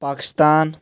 Pakistan